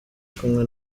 kumwe